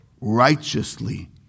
righteously